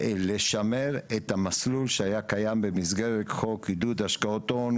לשמר את המסלול שהיה קיים במסגרת חוק עידוד השקעות הון,